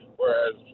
whereas